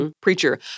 Preacher